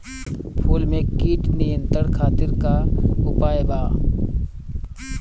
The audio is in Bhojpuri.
फूल में कीट नियंत्रण खातिर का उपाय बा?